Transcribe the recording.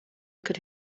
could